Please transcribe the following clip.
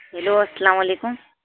hello السلام علیکم